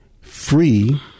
free